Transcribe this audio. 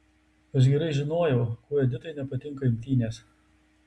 aš gerai žinojau kuo editai nepatinka imtynės